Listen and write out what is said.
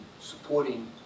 supporting